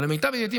אבל למיטב ידיעתי,